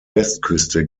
westküste